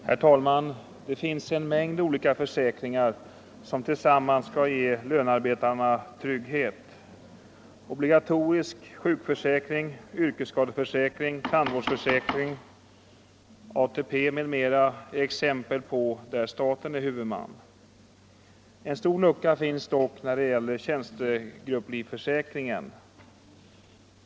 Herr talman! Det finns en mängd olika försäkringar som tillsammans skall ge lönarbetarna trygghet. Obligatorisk sjukförsäkring, yrkesskadeförsäkring, tandvårdsförsäkring, ATP m.m. är exempel på försäkringar där staten är huvudman. En stor lucka finns dock när det gäller tjänstegrupplivförsäkringen.